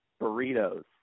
burritos